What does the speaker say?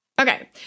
Okay